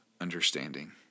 understanding